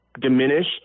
diminish